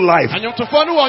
Life